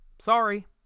Sorry